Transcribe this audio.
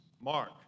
Mark